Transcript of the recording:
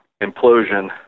implosion